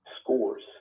scores